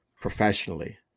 professionally